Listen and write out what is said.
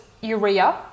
urea